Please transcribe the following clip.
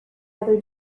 other